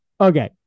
Okay